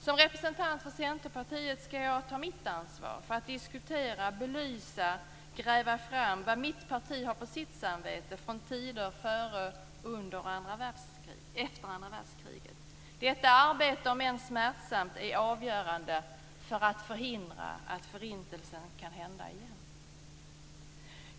Som representant för Centerpartiet skall jag ta mitt ansvar för att diskutera, belysa och gräva fram vad mitt parti har på sitt samvete från tider, före, under och efter andra världskriget. Detta arbete, om än smärtsamt, är avgörande för att förhindra att Förintelsen kan hända igen.